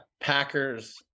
Packers